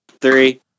three